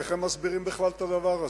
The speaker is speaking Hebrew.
איך הם מסבירים בכלל את הדבר הזה.